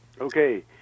Okay